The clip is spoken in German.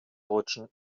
deutschen